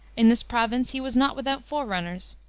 in this province he was not without forerunners.